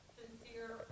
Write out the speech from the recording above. sincere